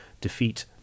defeat